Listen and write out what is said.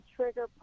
trigger